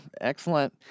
Excellent